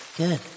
good